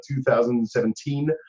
2017